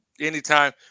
anytime